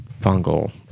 fungal